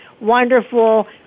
wonderful